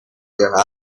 their